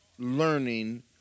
Learning